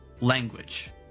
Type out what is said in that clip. language